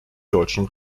deutschen